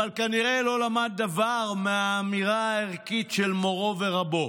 אבל כנראה לא למד דבר מהאמירה הערכית של מורו ורבו: